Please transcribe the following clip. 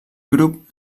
grup